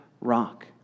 rock